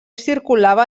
circulava